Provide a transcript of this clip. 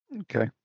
Okay